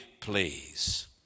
please